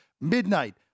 Midnight